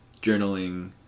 journaling